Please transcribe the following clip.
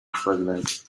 pregnant